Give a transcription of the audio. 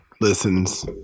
listens